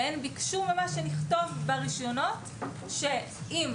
הם ביקשו ממש שנכתוב ברישיונות שאם